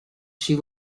she